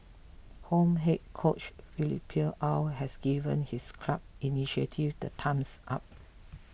home head coach Philippe Aw has given his club's initiative the thumbs up